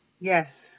yes